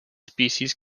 species